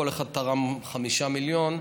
כל אחד תרם 5 מיליון.